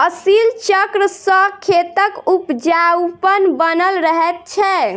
फसिल चक्र सॅ खेतक उपजाउपन बनल रहैत छै